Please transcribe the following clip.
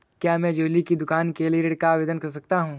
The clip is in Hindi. क्या मैं ज्वैलरी की दुकान के लिए ऋण का आवेदन कर सकता हूँ?